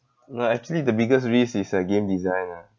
no actually the biggest risk is uh game design ah